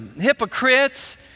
hypocrites